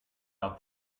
out